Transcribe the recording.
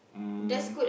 um